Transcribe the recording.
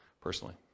personally